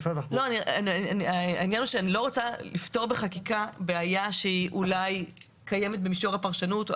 אני לא רוצה לפתור בחקיקה בעיה שאולי קיימת במישור הפרשנות.